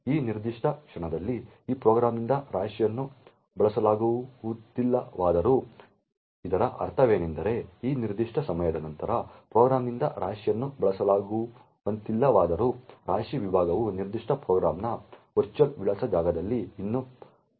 ಈ ನಿರ್ದಿಷ್ಟ ಕ್ಷಣದಲ್ಲಿ ಈ ಪ್ರೋಗ್ರಾಂನಿಂದ ರಾಶಿಯನ್ನು ಬಳಸಲಾಗುತ್ತಿಲ್ಲವಾದರೂ ಇದರ ಅರ್ಥವೇನೆಂದರೆ ಈ ನಿರ್ದಿಷ್ಟ ಸಮಯದ ನಂತರ ಪ್ರೋಗ್ರಾಂನಿಂದ ರಾಶಿಯನ್ನು ಬಳಸಲಾಗುತ್ತಿಲ್ಲವಾದರೂ ರಾಶಿ ವಿಭಾಗವು ನಿರ್ದಿಷ್ಟ ಪ್ರೋಗ್ರಾಂನ ವರ್ಚುವಲ್ ವಿಳಾಸ ಜಾಗದಲ್ಲಿ ಇನ್ನೂ ಪ್ರಸ್ತುತವಾಗಿದೆ